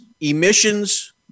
emissions